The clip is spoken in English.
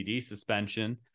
suspension